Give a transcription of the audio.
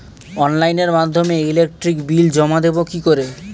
অনলাইনের মাধ্যমে electric bill জমা দেবো কি করে?